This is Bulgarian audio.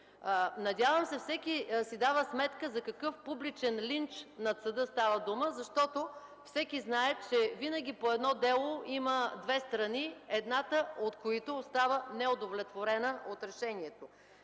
Надявам се, че всеки си дава сметка за какъв публичен линч на съда става дума, защото всеки знае, че винаги по едно дело има две страни, едната от които остава неудовлетворена от решението.